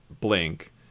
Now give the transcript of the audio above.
Blink